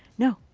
no.